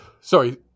sorry